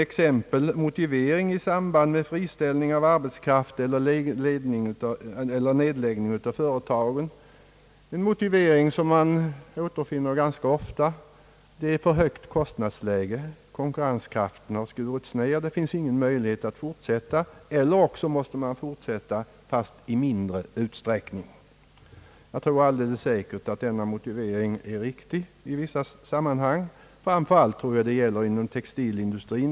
Beträffande friställning av arbetskraft och nedläggning av företag anförde han en motivering som man återfinner ganska ofta, nämligen att kostnadsläget är för högt och att konkurrenskraften därigenom har skurits ned så att det inte finns någon möjlighet att fortsätta eller också att man måste fortsätta i mindre utsträckning. Jag tror alldeles säkert att denna motivering är riktig i vissa sammanhang, framför allt inom textilindustrin.